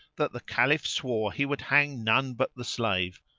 that the caliph swore he would hang none but the slave,